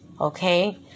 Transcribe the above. Okay